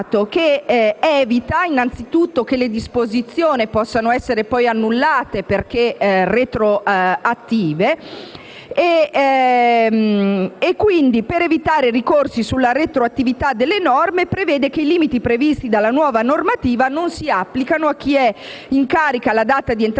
che evita innanzitutto che le disposizioni possano essere poi annullate perché retroattive. Per evitare ricorsi sulla retroattività delle norme, si prevede che i limiti previsti dalla nuova normativa non si applichino a chi è in carica alla data di entrata in